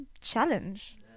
challenge